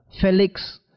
Felix